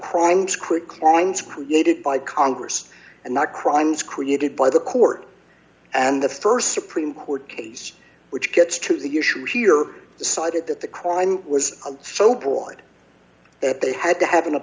lines created by congress and not crimes created by the court and the st supreme court case which gets to the issue here decided that the crime was so bored that they had to have